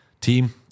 team